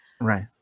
right